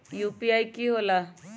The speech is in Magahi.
यू.पी.आई कि होला?